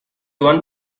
want